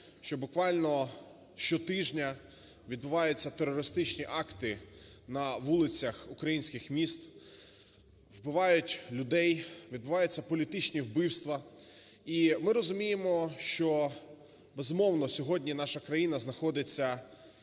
що буквально щотижня відбуваються терористичні акти на вулицях українських міст, вбивають людей, відбуваються політичні вбивства. І ми розуміємо що, безумовно, сьогодні наша країна знаходиться